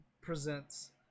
Presents